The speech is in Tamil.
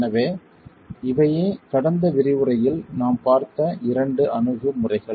எனவே இவையே கடந்த விரிவுரையில் நாம் பார்த்த இரண்டு அணுகுமுறைகள்